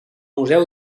museu